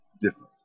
different